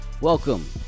welcome